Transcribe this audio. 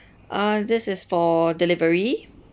uh this is for delivery